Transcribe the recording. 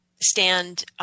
stand